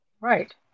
Right